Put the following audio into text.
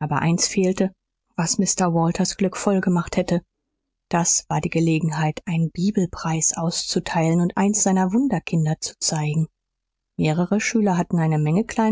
aber eins fehlte was mr walters glück vollgemacht hätte das war die gelegenheit einen bibelpreis auszuteilen und eins seiner wunderkinder zu zeigen mehrere schüler hatten eine menge